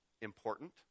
important